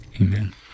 amen